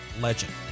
Legend